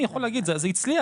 אני יכול להגיד, זה הצליח.